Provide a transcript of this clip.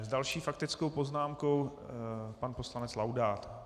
S další faktickou poznámkou pan poslanec Laudát.